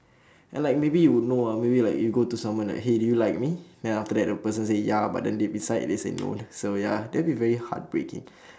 and like maybe you'd know ah maybe like you go to someone like !hey! do you like me then after that the person say ya but then they inside they say no the~ so ya that'll be very heartbreaking